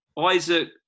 Isaac